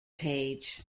page